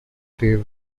there